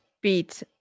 beat